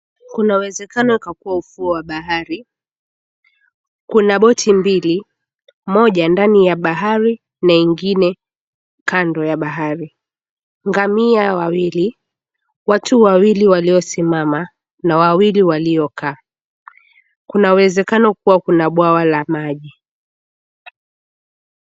Kuna uwezekano ikakua ufuo wa bahari. Kuna boti mbili, moja ndani ya bahari na ingine kando ya bahari. Ngamia wawili, watu wawili waliosimama na wawili waliokaa. Kuna uwezekano kuwa kuna bwawa la maji.